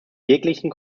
jeglichen